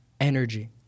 Energy